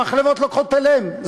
המחלבות לוקחות אליהן.